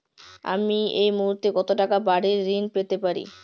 আমি এই মুহূর্তে কত টাকা বাড়ীর ঋণ পেতে পারি?